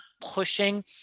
pushing